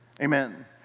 Amen